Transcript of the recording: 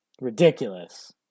Ridiculous